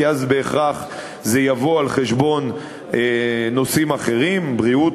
כי אז בהכרח זה יבוא על חשבון נושאים אחרים: בריאות,